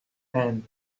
hand